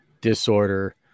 disorder